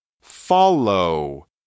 Follow